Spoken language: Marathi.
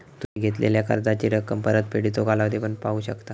तुम्ही घेतलेला कर्जाची रक्कम, परतफेडीचो कालावधी पाहू शकता